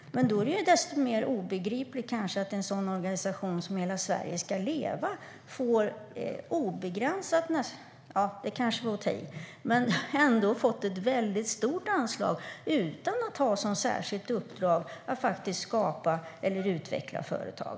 Men då är det desto mer obegripligt att en organisation som Hela Sverige ska leva får nästan obegränsade anslag - det var kanske att ta i, men de har ändå fått ett mycket stort anslag - utan att ha som särskilt uppdrag att faktiskt skapa eller utveckla företag.